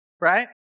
Right